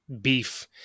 beef